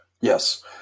Yes